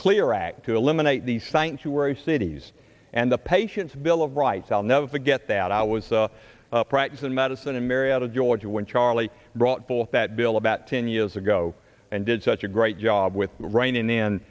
clear act to eliminate the sanctuary cities and the patients bill of rights i'll never forget that i was the practice of medicine in marietta georgia when charlie brought forth that bill about ten years ago and did such a great job with ryan in the